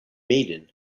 maiden